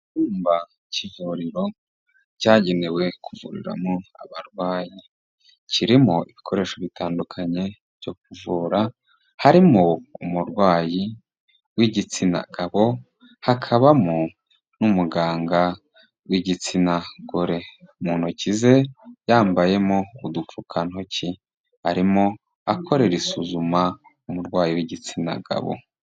Icyumba cy'ivuriro cyagenewe kuvuriramo abarwayi, kirimo ibikoresho bitandukanye byo kuvura, harimo umurwayi w'igitsina gabo, hakabamo n'umuganga w'igitsina gore, mu ntoki ze yambayemo udupfukantoki, arimo akorera isuzuma' umurwayi w'igitsina gabo.